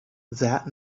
that